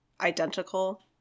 identical